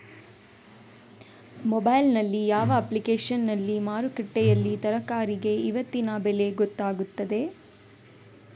Mobile ನಲ್ಲಿ ಯಾವ ಅಪ್ಲಿಕೇಶನ್ನಲ್ಲಿ ಮಾರುಕಟ್ಟೆಯಲ್ಲಿ ತರಕಾರಿಗೆ ಇವತ್ತಿನ ಬೆಲೆ ಗೊತ್ತಾಗುತ್ತದೆ?